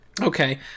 Okay